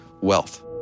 wealth